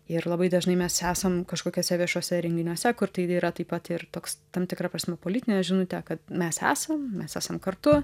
ir labai dažnai mes esam kažkokiuose viešuose renginiuose kur tai yra taip pat ir toks tam tikra prasme politinė žinutė kad mes esam mes esam kartu